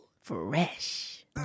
Fresh